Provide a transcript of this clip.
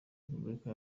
repubulika